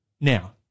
Now